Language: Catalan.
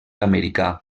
americà